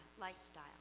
lifestyle